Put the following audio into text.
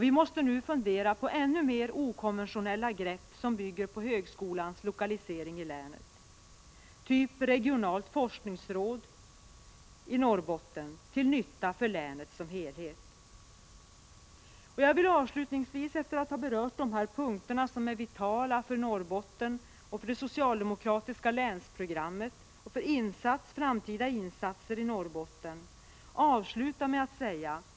Vi måste nu fundera på ännu mer okonventionella grepp som bygger på högskolans lokalisering i länet, typ ett regionalt forskningsråd i Norrbotten, till nytta för länet som helhet. Efter att ha berört dessa för Norrbotten så vitala punkter och det socialdemokratiska länsprogrammet för framtida insatser i Norrbotten, vill jag avsluta med att säga följande.